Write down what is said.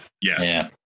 Yes